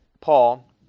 Paul